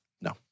No